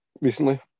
recently